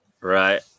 Right